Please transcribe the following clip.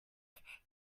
picnic